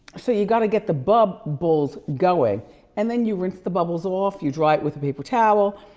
so you gotta get the bubbles going and then you rinse the bubbles off, you dry it with a paper towel,